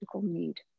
need